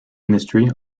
industry